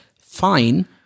Fine